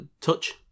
Touch